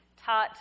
taught